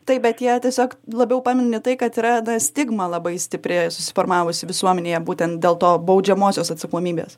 taip bet jie tiesiog labiau pamini tai kad yra na stigma labai stipri susiformavusi visuomenėje būtent dėl to baudžiamosios atsakomybės